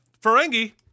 Ferengi